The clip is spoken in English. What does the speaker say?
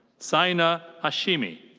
sina hashemi.